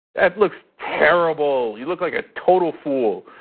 it looks terrible, you look like a total fool.